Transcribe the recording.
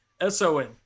S-O-N